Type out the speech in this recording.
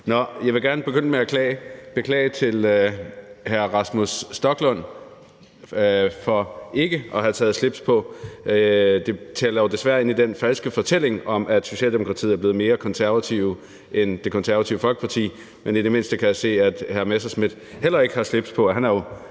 jeg vil gerne begynde med at beklage til hr. Rasmus Stoklund for ikke at have taget slips på. Det taler jo desværre ind i den falske fortælling om, at Socialdemokratiet er blevet mere konservativt end Det Konservative Folkeparti, men i det mindste kan jeg se, at hr. Morten Messerschmidt heller ikke har slips på, og han har jo